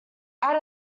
out